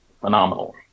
phenomenal